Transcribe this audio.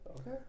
Okay